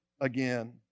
again